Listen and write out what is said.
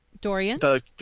Dorian